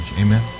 Amen